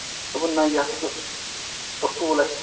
دوپُن نہ یہِ ہسا چھُ اوٚصوٗل اَسہِ